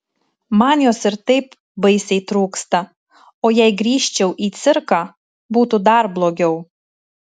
man jos ir taip baisiai trūksta o jei grįžčiau į cirką būtų dar blogiau